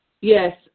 Yes